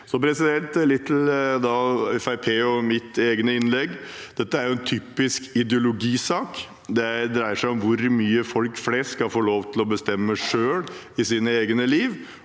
om Fremskrittspartiets og mitt eget innlegg: Dette er en typisk ideologisak. Det dreier seg om hvor mye folk flest skal få lov til å bestemme selv i sine egne liv,